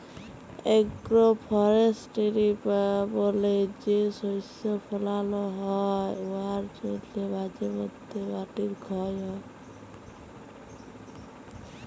agro forestry বা বলে যে শস্য ফলাল হ্যয় উয়ার জ্যনহে মাঝে ম্যধে মাটির খ্যয় হ্যয়